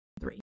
three